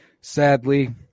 sadly